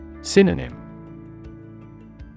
Synonym